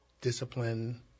discipline